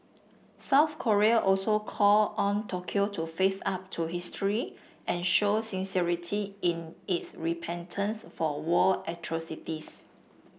South Korea also called on Tokyo to face up to history and show sincerity in its repentance for war atrocities